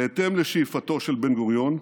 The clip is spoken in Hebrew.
בהתאם לשאיפתו של בן-גוריון,